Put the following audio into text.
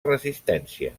resistència